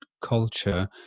culture